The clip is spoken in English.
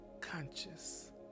conscious